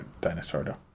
dinosaur